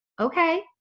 okay